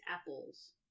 apples